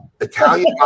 Italian